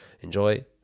Enjoy